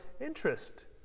interest